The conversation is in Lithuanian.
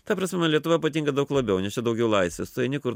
ta prasme lietuva patinka daug labiau nes čia daugiau laisvės tu eini kur